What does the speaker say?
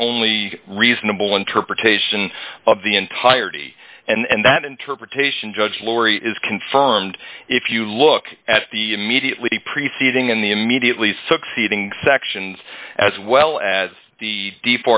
the only reasonable interpretation of the entirety and that interpretation judge laurie is confirmed if you look at the immediately preceding in the immediately succeeding sections as well as the